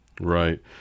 Right